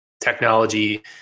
technology